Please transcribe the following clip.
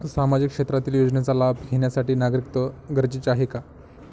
सामाजिक क्षेत्रातील योजनेचा लाभ घेण्यासाठी नागरिकत्व गरजेचे आहे का?